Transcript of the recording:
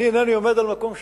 אני אינני עומד על מקום ספציפי.